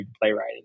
playwriting